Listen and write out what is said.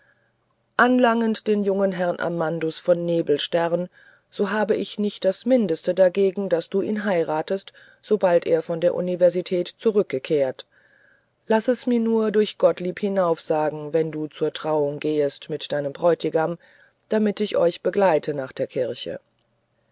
anlangend den jungen herrn amandus von nebelstern so habe ich nicht das mindeste dagegen daß du ihn heiratest sobald er von der universität zurückgekehret laß es mir nur durch gottlieb hinaufsagen wenn du zur trauung gehest mit deinem bräutigam damit ich euch geleite nach der kirche